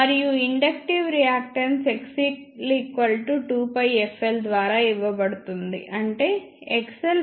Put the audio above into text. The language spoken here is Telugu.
మరియు ఇన్డక్టివ్ రియాక్టన్స్ XL 2πfL ద్వారా ఇవ్వబడుతుంది అంటే XL